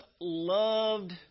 loved